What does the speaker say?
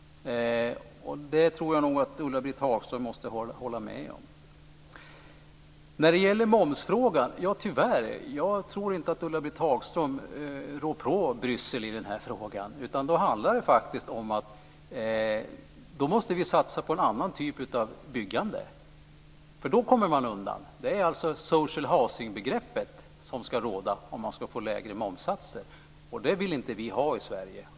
Det tror jag nog att Ulla-Britt Hagström måste hålla med om. Jag tror tyvärr inte att Ulla-Britt Hagström rår på Bryssel i momsfrågan. Då måste vi satsa på en annan typ av byggande för att komma undan. Det är alltså social housing-begreppet som ska råda om man ska få lägre momssatser. Det vill inte vi ha i Sverige.